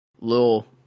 little